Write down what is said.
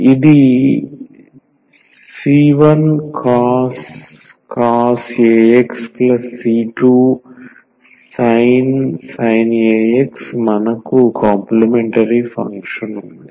ఇది c1cos ax c2sin ax మనకు complementary function ఉంది